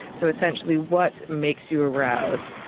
so essentially what makes you aroused.